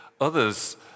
Others